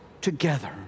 together